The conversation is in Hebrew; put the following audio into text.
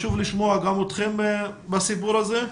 חשוב לשמוע גם אתכם בסיפור הזה.